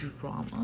drama